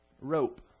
rope